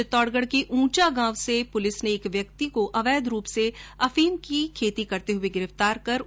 चित्तौड़गढ के ऊंचा गांव से पुलिस ने एक व्यक्ति को अवैध रूप से अफीम की खेती करते हुये गिरफ्तार किया है